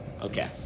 okay